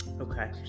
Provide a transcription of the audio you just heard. Okay